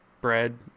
bread